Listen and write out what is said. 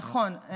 נכון.